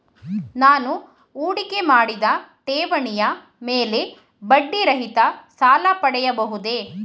ನಾನು ಹೂಡಿಕೆ ಮಾಡಿದ ಠೇವಣಿಯ ಮೇಲೆ ಬಡ್ಡಿ ರಹಿತ ಸಾಲ ಪಡೆಯಬಹುದೇ?